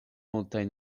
multaj